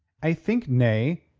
i think, nay,